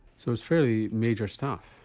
so it's fairly major stuff.